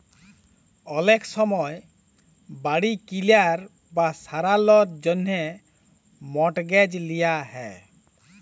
অলেক সময় বাড়ি কিলার বা সারালর জ্যনহে মর্টগেজ লিয়া হ্যয়